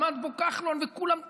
עמד פה כחלון וכולם תמכו: